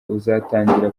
uzatangira